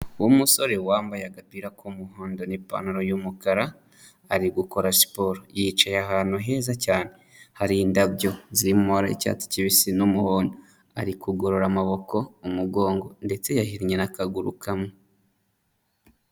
Umusore wambaye agapira k'umuhondo n'ipantaro y'umukara, ari gukora siporo. Yicaye ahantu heza cyane hari indabyo ziri mu mabara y'icyatsi kibisi n'umuhondo. Ari kugorora amaboko, umugongo ndetse yahinnye n'akaguru kamwe.